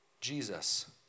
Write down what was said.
Jesus